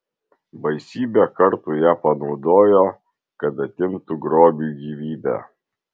baisybę kartų ją panaudojo kad atimtų grobiui gyvybę